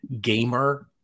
gamer